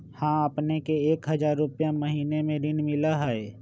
हां अपने के एक हजार रु महीने में ऋण मिलहई?